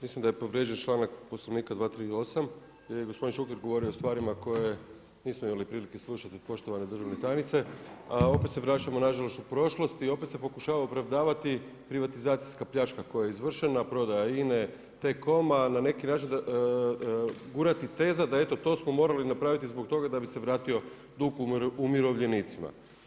Mislim da je povrijeđen članak Poslovnika 238. jer je gospodin Šuker govorio o stvarima koje nismo imali prilike slušati od poštovane državne tajnice, a opet se vraćamo nažalost u prošlosti i opet se pokušava opravdavati privatizacijska pljačka koja je izvršena, prodaja INA-e, T-COM-a, na neki način gurati tezu da eto to smo morali napraviti zbog toga da bi se vratio dug umirovljenicima.